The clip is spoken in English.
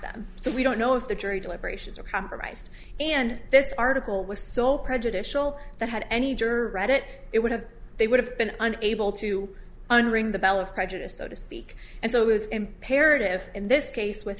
them so we don't know if the jury deliberations are compromised and this article was so prejudicial that had any jerk read it it would have they would have been unable to unring the bell of prejudice so to speak and so it was imperative in this case with